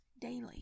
daily